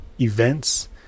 events